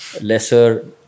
lesser